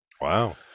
Wow